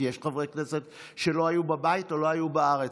כי יש חברי כנסת שלא היו בבית או לא היו בארץ.